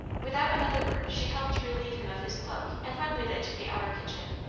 without another word she helped relieve him of his cloak and went with it to the outer kitchen,